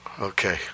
Okay